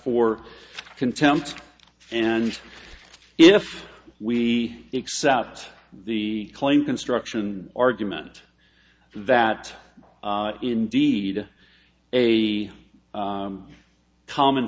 for contempt and if we accept the claim construction argument that indeed a common